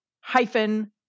hyphen